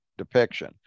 depiction